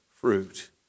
fruit